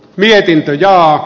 miehiltä joo